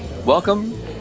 Welcome